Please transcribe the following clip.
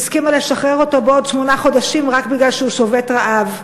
והסכימה לשחרר אותו בעוד שמונה חודשים רק כי הוא שובת רעב.